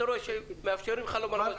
אתה רואה שמאפשרים לך לומר מה שאתה חושב.